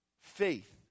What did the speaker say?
faith